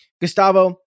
Gustavo